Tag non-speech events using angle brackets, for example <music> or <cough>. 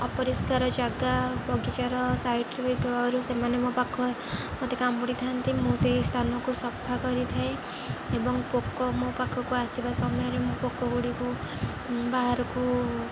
ଅପରିଷ୍କାର ଜାଗା ବଗିଚାର ସାଇଟରେ <unintelligible> ସେମାନେ ମୋ ପାଖ ମୋତେ କାମୁଡ଼ିଥାନ୍ତି ମୁଁ ସେଇ ସ୍ଥାନକୁ ସଫା କରିଥାଏ ଏବଂ ପୋକ ମୋ ପାଖକୁ ଆସିବା ସମୟରେ ମୁଁ ପୋକ ଗୁଡ଼ିକୁ ବାହାରକୁ